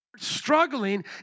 struggling